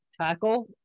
tackle